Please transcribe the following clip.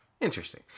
Interesting